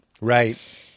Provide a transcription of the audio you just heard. Right